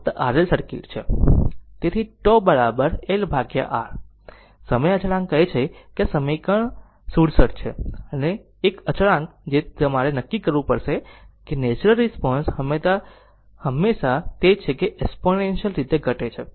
તેથી τ L R સમય અચળાંક કહે છે કે આ સમીકરણ 67 છે અને એ એક અચળાંક છે જે તમારે નક્કી કરવું પડશે કે નેચરલ રિસ્પોન્સ હંમેશા તે જ છે જે એક્ષ્પોનેન્સીયલ રીતે ઘટે છે